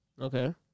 Okay